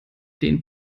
den